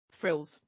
frills